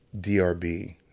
DRB